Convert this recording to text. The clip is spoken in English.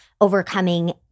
overcoming